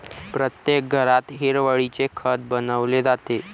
प्रत्येक घरात हिरवळीचे खत बनवले जाते